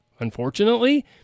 unfortunately